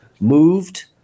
moved